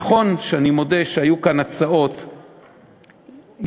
אני מודה שהיו כאן הצעות יותר,